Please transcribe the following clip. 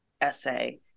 essay